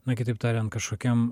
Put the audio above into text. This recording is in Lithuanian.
na kitaip tariant kažkokiam